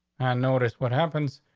notice what happens.